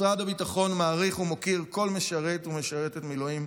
משרד הביטחון מעריך ומוקיר כול משרת ומשרתת במילואים,